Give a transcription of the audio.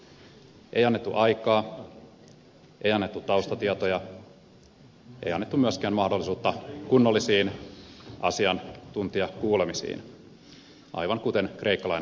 ei annettu aikaa ei annettu taustatietoja ei annettu myöskään mahdollisuutta kunnollisiin asiantuntijakuulemisiin aivan kuten kreikka lainan yhteydessä